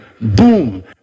boom